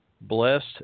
blessed